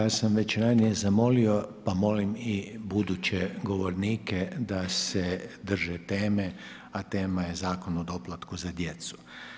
Ja sam već ranije zamolio pa molim i buduće govornike da se drže teme, a tema je Zakon o doplatku za djecu.